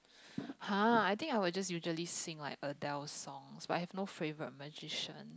!huh! I think I'll just usually sing like Adele songs but I've no favorite musician